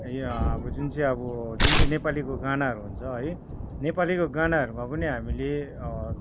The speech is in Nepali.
या अब जुन चाहिँ अब जुन चाहिँ नेपालीको गानाहरू हुन्छ है नेपालीको गानाहरूमा पनि हामीले